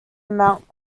amount